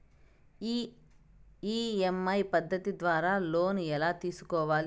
EMI పద్ధతి ద్వారా loan ఎలా తీసుకోవాలి